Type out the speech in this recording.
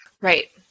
Right